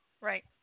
Right